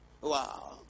wow